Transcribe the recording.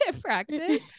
practice